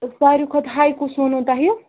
ساروی کھۄتہٕ ہاے کُس ووٚنو تۄہہِ